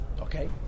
Okay